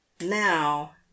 now